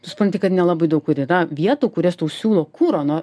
supranti kad nelabai daug kur yra vietų kurios siūlo kuro nu